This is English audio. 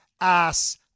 ass